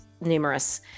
numerous